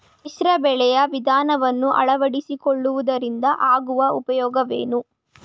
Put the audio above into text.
ಮಿಶ್ರ ಬೆಳೆಯ ವಿಧಾನವನ್ನು ಆಳವಡಿಸಿಕೊಳ್ಳುವುದರಿಂದ ಆಗುವ ಉಪಯೋಗವೇನು?